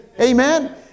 Amen